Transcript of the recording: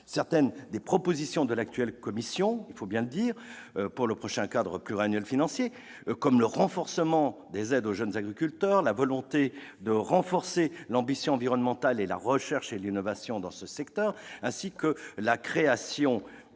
certaines des propositions de l'actuelle Commission pour le prochain cadre pluriannuel financier sont louables, comme le renforcement des aides aux jeunes agriculteurs, la volonté de consolider l'ambition environnementale et la recherche et l'innovation dans ce secteur, ainsi que la création d'une